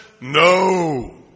no